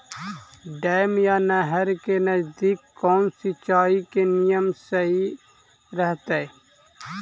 Dam या नहर के नजदीक कौन सिंचाई के नियम सही रहतैय?